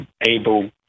able